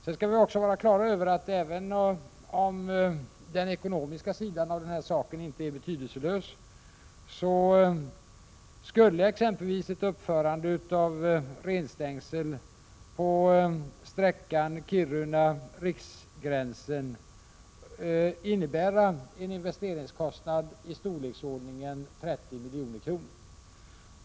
Sedan skall vi också vara klara över att även om den ekonomiska sidan av den här saken inte är betydelselös, skulle exempelvis ett uppförande av renstängsel på sträckan Kiruna-Riksgränsen innebära en investeringskostnad i storleksordningen 30 milj.kr.